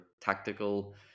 tactical